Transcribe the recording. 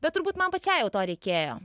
bet turbūt man pačiai jau to reikėjo